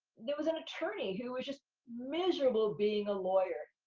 there was an attorney who was just miserable being a lawyer.